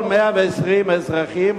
על כל 120 אזרחים,